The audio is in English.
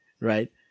right